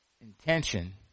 intention